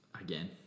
Again